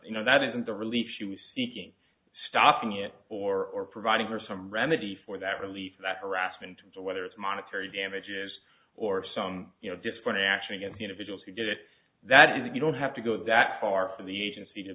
you know that isn't the relief she was seeking stopping it or providing her some remedy for that relief or that harassment whether it's monetary damages or some you know disciplinary action against individuals who get it that you don't have to go that far but the agency